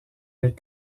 des